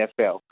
NFL